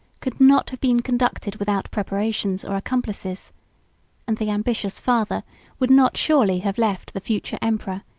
could not have been conducted without preparations or accomplices and the ambitious father would not surely have left the future emperor,